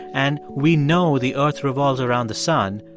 and we know the earth revolves around the sun.